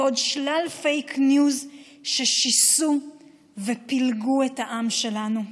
ועוד שלל פייק ניוז ששיסעו ופילגו את העם שלנו.